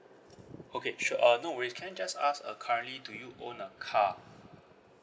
okay sure uh no worries can I just ask uh currently do you own a car